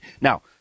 Now